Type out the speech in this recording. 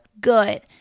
good